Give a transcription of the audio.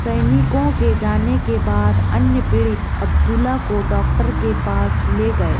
सैनिकों के जाने के बाद अन्य पीड़ित अब्दुला को डॉक्टर के पास ले गए